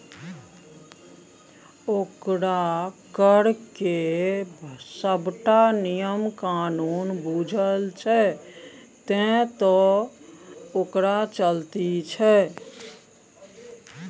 ओकरा कर केर सभटा नियम कानून बूझल छै तैं तँ ओकर चलती छै